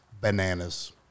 bananas